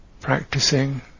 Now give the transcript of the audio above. practicing